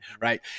right